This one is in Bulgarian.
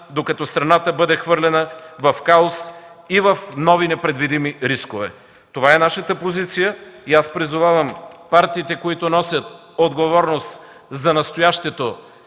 докато страната бъде хвърлена в хаос и в нови непредвидими рискове. Това е нашата позиция и аз призовавам партиите, които носят отговорност за настоящето